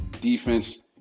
defense